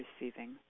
receiving